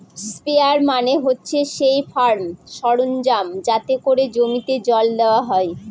sprayer মানে হচ্ছে সেই ফার্ম সরঞ্জাম যাতে করে জমিতে জল দেওয়া হয়